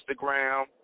Instagram